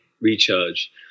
recharge